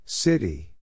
City